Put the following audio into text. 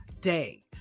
day